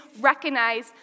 recognize